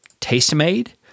Tastemade